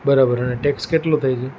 બરાબર અને ટેક્સ કેટલો થાય છે